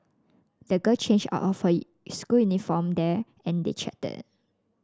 the girl changed out of it school uniform there and they chatted